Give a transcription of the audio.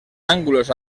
ángulos